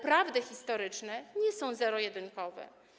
Prawdy historyczne nie są zero-jedynkowe.